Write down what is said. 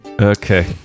okay